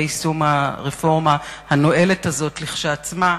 יישום הרפורמה הנואלת הזאת כשלעצמה,